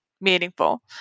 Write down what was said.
meaningful